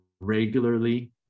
regularly